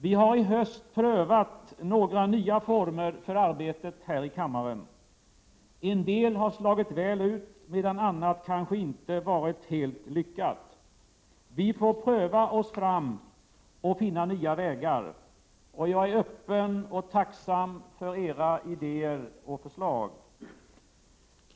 Vi har i höst prövat några nya former för arbetet här i kammaren. En del har slagit väl ut, medan annat kanske inte har varit helt lyckat. Vi får pröva oss fram och finna nya vägar. Jag är öppen och tacksam för era idéer och förslag.